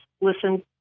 listen